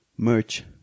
Merch